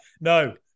No